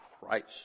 Christ